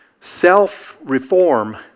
Self-reform